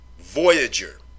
Voyager